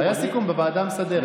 היה סיכום בוועדה המסדרת.